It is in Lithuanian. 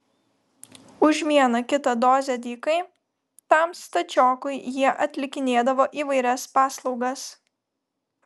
už vieną kitą dozę dykai tam stačiokui jie atlikinėdavo įvairias paslaugas